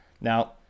Now